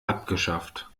abgeschafft